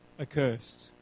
accursed